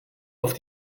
auf